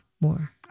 more